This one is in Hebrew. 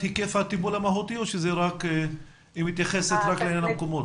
היקף הטיפול המהותי או שהיא רק מתייחסת למקומות?